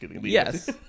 Yes